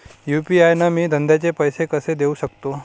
UPI न मी धंद्याचे पैसे कसे देऊ सकतो?